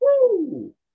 Woo